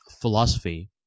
philosophy